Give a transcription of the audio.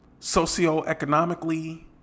socioeconomically